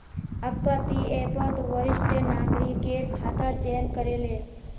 अब्बा ती ऐपत वरिष्ठ नागरिकेर खाता चयन करे ले